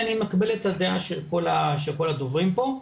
אני מקבל את הדעה של כל הדוברים פה.